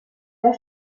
der